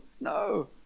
no